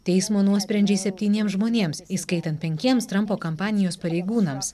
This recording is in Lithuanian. teismo nuosprendžiai septyniems žmonėms įskaitant penkiems trampo kampanijos pareigūnams